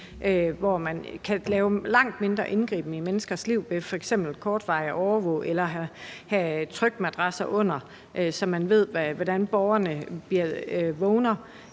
der kan betyde langt mindre indgriben i menneskers liv, f.eks. ved kortvarigt at overvåge eller at have trykmadrasser, så man ved, hvordan borgeren vågner,